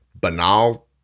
banal